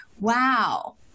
Wow